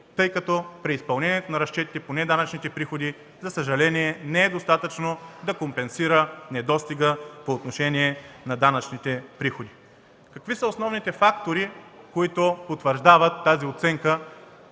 тъй като преизпълнението на разчетите по неданъчните приходи, за съжаление, не е достатъчно да компенсира недостига по отношение на данъчните приходи. Кои са основните фактори, потвърждаващи тази оценка